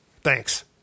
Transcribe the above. Thanks